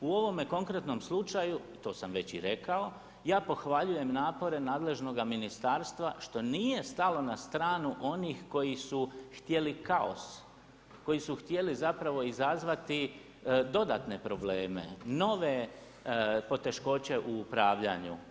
U ovome konkretnom slučaju, to sam već i rekao, ja pohvaljujem napore nadležnoga ministarstva što nije stalo na stranu onih koji su htjeli kaos, koji su htjeli zapravo izazvati dodatne probleme, nove poteškoće u upravljanju.